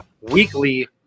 weekly